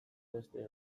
beste